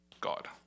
God